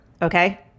Okay